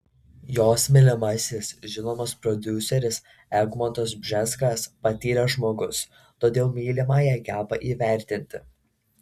jos mylimasis žinomas prodiuseris egmontas bžeskas patyręs žmogus todėl mylimąją geba įvertinti